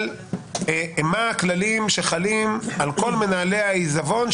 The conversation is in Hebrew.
מה הכללים שחלים על כול מנהלי העיזבון,